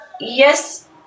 Yes